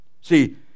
See